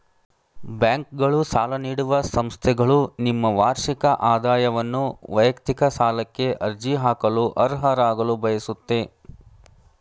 ಬ್ಯಾಂಕ್ಗಳು ಸಾಲ ನೀಡುವ ಸಂಸ್ಥೆಗಳು ನಿಮ್ಮ ವಾರ್ಷಿಕ ಆದಾಯವನ್ನು ವೈಯಕ್ತಿಕ ಸಾಲಕ್ಕೆ ಅರ್ಜಿ ಹಾಕಲು ಅರ್ಹರಾಗಲು ಬಯಸುತ್ತೆ